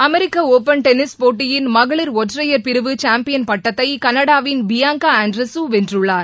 அமெரிக்க open tennis போட்டியின் மகளிர் ஒற்றையர் பிரிவு சாம்பியன் பட்டத்தை கனடாவின் பியாங்கா ஆண்ட்ரசோ வென்றுள்ளார்